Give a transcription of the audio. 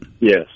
Yes